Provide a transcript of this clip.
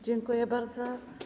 Dziękuję bardzo.